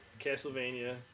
Castlevania